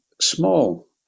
small